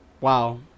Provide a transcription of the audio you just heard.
wow